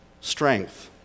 strength